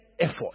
effort